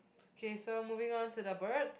okay so moving on to the bird